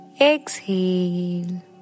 Exhale